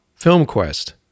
FilmQuest